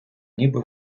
ніби